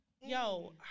Yo